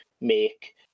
make